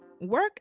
work